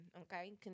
okay